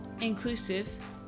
inclusive